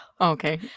okay